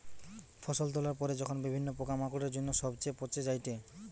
ফসল তোলার পরে যখন বিভিন্ন পোকামাকড়ের জন্য যখন সবচে পচে যায়েটে